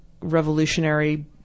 revolutionary